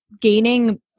gaining